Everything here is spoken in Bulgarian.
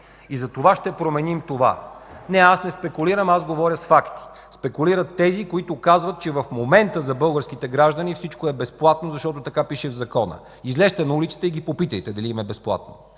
МИНИСТЪР ПЕТЪР МОСКОВ: Не, аз не спекулирам, аз говоря с факти. Спекулират тези, които казват, че в момента за българските граждани всичко е безплатно, защото така пише в Закона. Излезте на улицата и ги попитайте дали им е безплатно.